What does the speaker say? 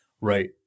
Right